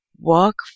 work